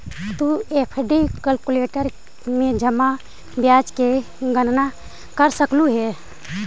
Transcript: तु FD calculator में जमा ब्याज की गणना कर सकलू हे